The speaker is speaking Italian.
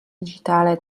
digitale